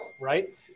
right